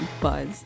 Buzz